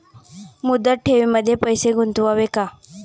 मुदत ठेवींमध्ये पैसे गुंतवावे का?